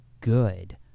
good